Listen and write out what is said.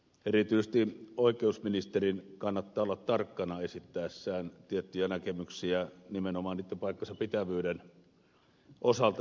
erityisesti oikeusministerin kannattaa olla hyvin tarkkana esittäessään tiettyjä näkemyksiä nimenomaan niitten paikkansapitävyyden osalta